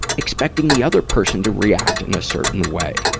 expecting the other person to react in a certain way.